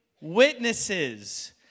witnesses